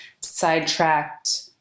sidetracked